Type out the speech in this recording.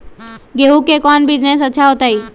गेंहू के कौन बिजनेस अच्छा होतई?